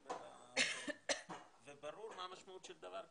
משבר הקורונה וברור מה המשמעות של דבר כזה.